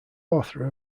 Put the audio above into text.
author